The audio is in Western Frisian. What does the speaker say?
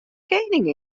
koaning